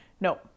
no